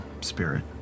spirit